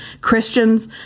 Christians